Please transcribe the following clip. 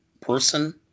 person